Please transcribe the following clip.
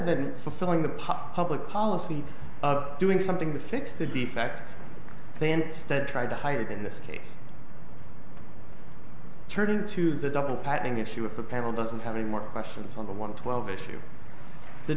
than fulfilling the pop public policy of doing something to fix the defect they instead tried to hide it in this case turning to the double patting issue of the panel doesn't have any more questions on the one twelve issue the